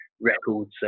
records